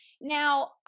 Now